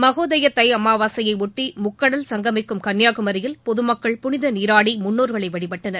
மகோதய தை அமாவாசையையொட்டி முக்கடல் சங்கமிக்கும் கன்னியாகுமரியில் பொதுமக்கள் புனித நீராடி முன்னோர்களை வழிபட்டனர்